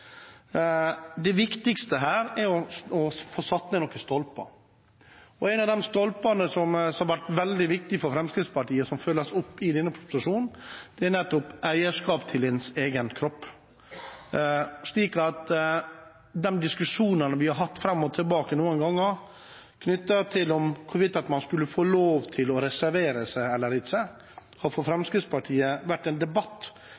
Det viktigste her er å få satt ned noen stolper. En av de stolpene som har vært veldig viktig for Fremskrittspartiet, som følges opp i denne proposisjonen, er nettopp eierskap til egen kropp. De diskusjonene vi har hatt fram og tilbake noen ganger, knyttet til hvorvidt man skulle få lov til å reservere seg eller ikke, har for Fremskrittspartiet vært en debatt